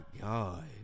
god